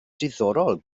diddorol